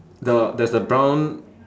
the there's the brown